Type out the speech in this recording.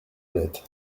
honnête